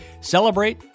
Celebrate